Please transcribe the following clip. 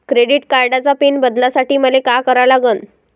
Credit कार्डाचा pin बदलासाठी मले का करा लागन?